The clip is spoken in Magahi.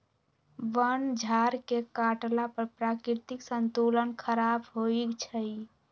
वन झार के काटला पर प्राकृतिक संतुलन ख़राप होइ छइ